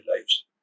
lives